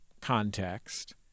context